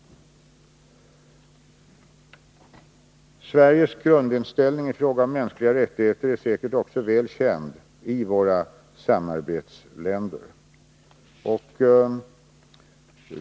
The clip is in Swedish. Sveriges grundinställning i fråga om mänskliga rättigheter är säkert också väl känd i våra samarbetsländer.